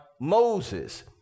Moses